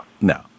No